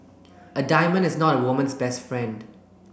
a diamond is not a woman's best friend